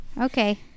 Okay